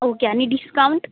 okay आनी discount